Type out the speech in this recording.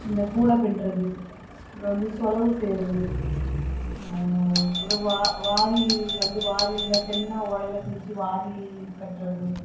இந்த கூடை பின்னுறது அப்புறம் வந்து சொலவு செய்கிறது ஒரு வா வாரியல் வந்து வாரியல்ல தென்னை ஓலையில் கிழிச்சி வாரியல் கட்டுறது